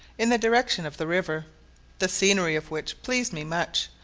in the direction of the river the scenery of which pleased me much,